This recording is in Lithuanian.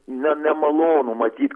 ne nemalonu matyt